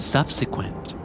Subsequent